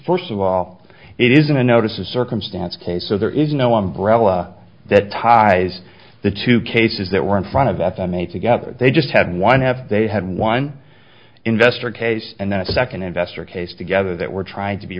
first of all it isn't a notice a circumstance case so there is no umbrella that ties the two cases that were in front of f e m a together they just had one have they we had one investor case and then a second investor case together that were trying to be